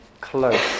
close